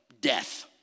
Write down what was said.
death